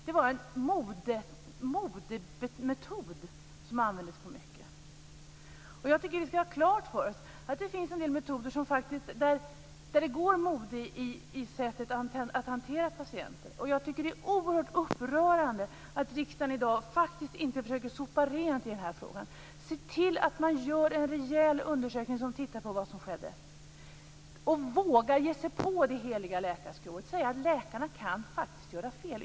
Det var fråga om en modemetod som användes för många saker. Jag tycker att vi skall ha klart för oss att det finns en del metoder där det går mode i sättet att hantera patienter. Det är oerhört upprörande att riksdagen i dag faktiskt inte försöker sopa rent i den här frågan och se till att det görs en rejäl undersökning där man tittar närmare på vad som skedde. Man måste våga ge sig på det heliga läkarskrået och säga att läkarna faktiskt kan göra fel.